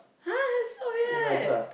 !huh! so weird